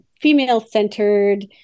female-centered